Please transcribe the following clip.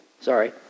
Sorry